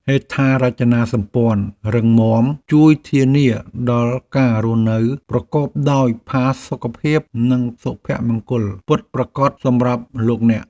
ហេដ្ឋារចនាសម្ព័ន្ធរឹងមាំជួយធានាដល់ការរស់នៅប្រកបដោយផាសុកភាពនិងសុភមង្គលពិតប្រាកដសម្រាប់លោកអ្នក។